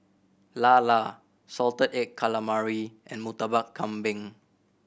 lala salted egg calamari and Murtabak Kambing